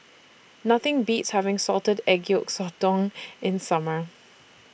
Nothing Beats having Salted Egg Yolk Sotong in Summer